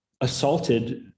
assaulted